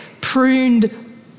pruned